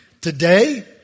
Today